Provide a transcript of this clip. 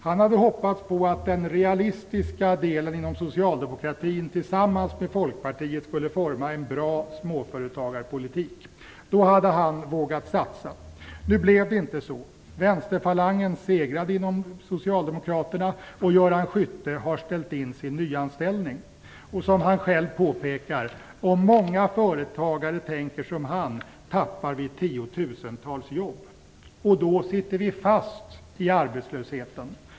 Han hade hoppats på att den realistiska delen inom socialdemokratin tillsammans med Folkpartiet skulle forma en bra småföretagarpolitik. Då hade han vågat satsa. Nu blev det inte så. Vänsterfalangen segrade inom Socialdemokraterna, och Göran Skytte har ställt in sin nyanställning. Han påpekar att om många företagare tänker som han, tappar vi tiotusentals jobb. Då kommer vi att sitta fast i arbetslösheten.